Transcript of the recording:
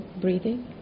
breathing